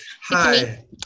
Hi